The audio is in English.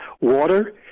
water